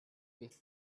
big